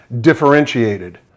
differentiated